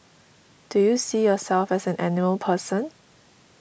do you see yourself as an animal person